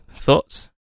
Thoughts